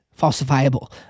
falsifiable